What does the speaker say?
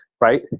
right